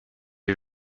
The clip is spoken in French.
est